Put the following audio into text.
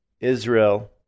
Israel